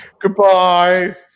Goodbye